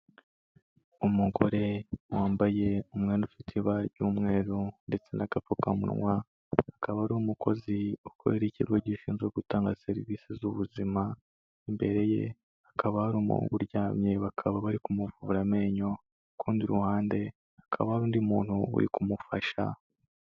Umugore wambaye umwenda ufite ibara ry'umweru ndetse n'agapfukamunwa, akaba ari umukozi ukorera ikigo gishinzwe gutanga serivisi z'ubuzima, imbere ye hakaba hari umungu uryamye bakaba bari kumuvura amenyo, ku rundi ruhande hakaba haru undi muntu uri kumufasha.